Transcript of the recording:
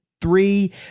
Three